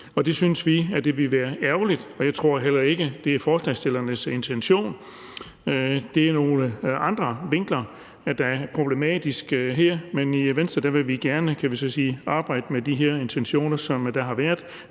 det synes vi ville være ærgerligt, og jeg tror heller ikke, at det er forslagsstillernes intention. Det er nogle andre vinkler, der er problematiske her, men i Venstre vil vi gerne arbejde med de her intentioner, der har været.